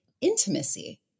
intimacy